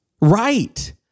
Right